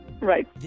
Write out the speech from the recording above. Right